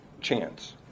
chance